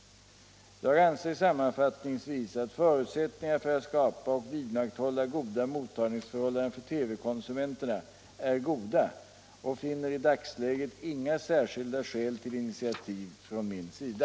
Jag anser sammanfattningsvis att förutsättningarna för att skapa och vidmakthålla goda mottagningsförhållanden för TV-konsumenterna är goda och finner i dagsläget inga särskilda skäl till initiativ från min sida.